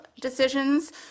decisions